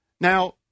Now